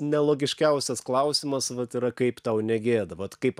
nelogiškiausias klausimas vat yra kaip tau negėda vat kaip